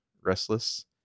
restless